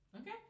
Okay